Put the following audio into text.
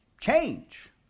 change